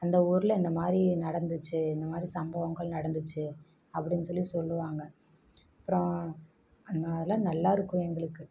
அந்த ஊரில் இந்தமாதிரி நடந்திச்சு இந்தமாதிரி சம்பவங்கள் நடந்திச்சு அப்படினு சொல்லி சொல்லுவாங்க அப்புறம் அதனால நல்லாருக்கும் எங்களுக்கு